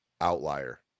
outlier